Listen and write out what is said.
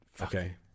Okay